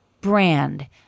brand